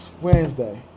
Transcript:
wednesday